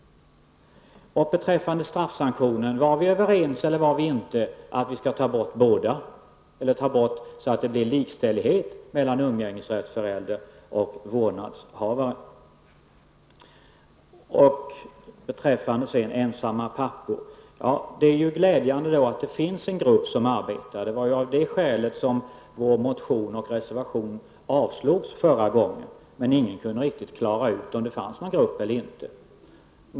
Är vi överens eller inte om att straffsanktionerna för båda skall tas bort, så att det blir likställighet mellan umgängesrättsföräldern och vårdnadshavaren? Det är glädjande att det finns en grupp som arbetar med frågan om ensamma pappors ställning. Det var av det skälet som vår motion och reservation avslogs förra gången, men det var inte någon som kunde klara ut huruvida det fanns en grupp eller inte.